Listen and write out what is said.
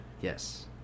Yes